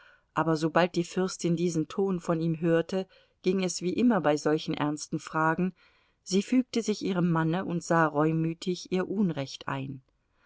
aber sobald die fürstin diesen ton von ihm hörte ging es wie immer bei solchen ernsten fragen sie fügte sich ihrem manne und sah reumütig ihr unrecht ein